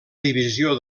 divisió